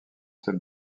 celle